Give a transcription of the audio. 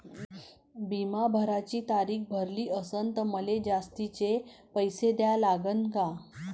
बिमा भराची तारीख भरली असनं त मले जास्तचे पैसे द्या लागन का?